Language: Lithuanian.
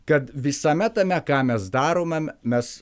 kad visame tame ką mes daromėm mes